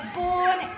born